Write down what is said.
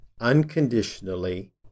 unconditionally